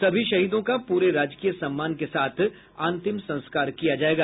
सभी शहीदों का पूरे राजकीय सम्मान के साथ अंतिम संस्कार किया जायेगा